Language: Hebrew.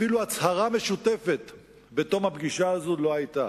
אפילו הצהרה משותפת בתום הפגישה הזאת לא היתה.